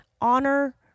honor